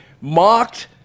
mocked